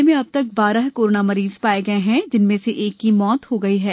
जिले में अब तक बारह कोराना मरीज पाए गये है जिसमें से एक की मृत्य् हो गई है